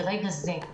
ברגע זה,